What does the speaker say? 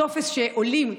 בטופס לעולים,